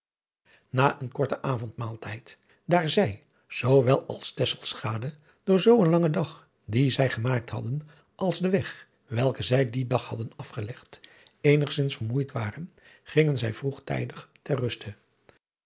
na een korten avondmaaltijd daar zij zoo wel als tesselschade zoo door den langen dag dien zij gemaakt hadden als den weg welken zij dien dag hadden afgelegd eenigzins vermoeid waren gingen zij vroegtijdig ter ruste